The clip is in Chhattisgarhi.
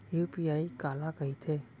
यू.पी.आई काला कहिथे?